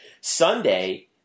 sunday